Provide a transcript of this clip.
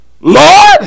Lord